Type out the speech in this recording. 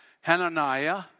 Hananiah